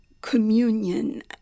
communion